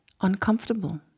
uncomfortable